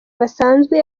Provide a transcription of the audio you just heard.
basanzwe